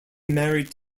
married